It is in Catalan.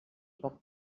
poc